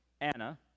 Anna